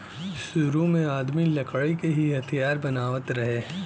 सुरु में आदमी लकड़ी के ही हथियार बनावत रहे